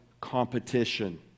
competition